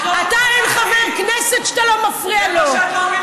את לא הפרעת לי.